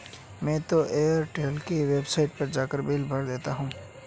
मैं तो एयरटेल के वेबसाइट पर जाकर बिल भर देता हूं